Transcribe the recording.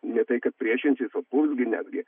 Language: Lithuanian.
ne tai kad priešinsis o puls gi netgi